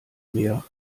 mehr